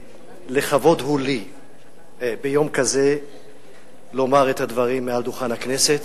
לכבוד הוא לי ביום כזה לומר את הדברים על דוכן הכנסת,